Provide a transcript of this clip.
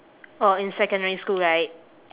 oh in secondary school right